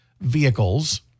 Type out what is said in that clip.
vehicles